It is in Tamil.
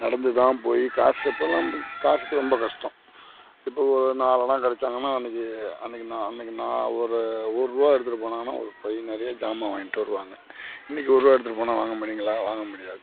நடந்து தான் போய் காசு அப்போல்லாம் காசுக்கு ரொம்ப கஷ்டம் இப்போ ஒரு நாலனா கிடச்சாங்கனா அன்னைக்கு அன்னைக்கு நான் அன்னைக்கு நான் ஒரு ஒருரூவா எடுத்துகிட்டு போனாங்கனா ஒரு பை நிறைய ஜாமான் வாங்கிட்டு வருவாங்க இன்னைக்கு ஒருரூவா எடுத்துட்டு போனா வாங்கமுடியுங்களா வாங்க முடியாது